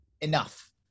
enough